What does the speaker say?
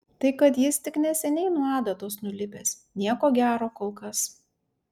tai kad jis tik neseniai nuo adatos nulipęs nieko gero kol kas